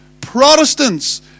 Protestants